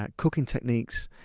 ah cooking techniques,